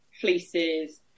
fleeces